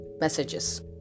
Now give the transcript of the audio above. messages